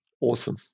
Awesome